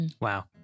Wow